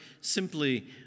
simply